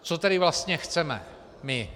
Co tedy vlastně chceme my?